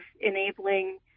enabling